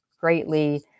greatly